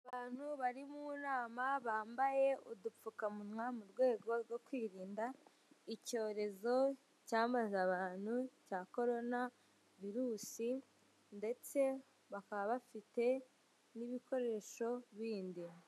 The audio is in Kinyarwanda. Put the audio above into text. Abantu bari mu nama bambaye udupfukamunwa mu rwego rwo kwirinda icyorezo cyamaze abantu cya korona virusi, ndetse bakaba bafite n'ibikoresho bindi.